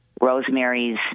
Rosemary's